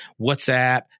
WhatsApp